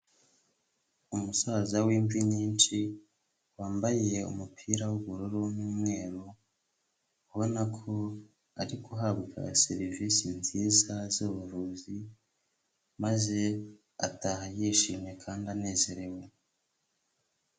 Umusaza w'imvi nyinshi, wambaye umupira w'ubururu n'umweru, ubona ko ari guhabwa serivisi nziza z'ubuvuzi, maze ataha yishimye kandi anezerewe.